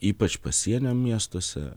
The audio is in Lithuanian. ypač pasienio miestuose